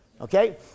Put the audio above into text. Okay